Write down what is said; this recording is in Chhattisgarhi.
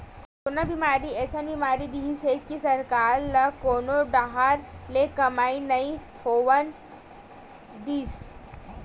करोना बेमारी अइसन बीमारी रिहिस हे कि सरकार ल कोनो डाहर ले कमई नइ होवन दिस